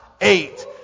eight